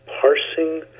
parsing